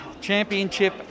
championship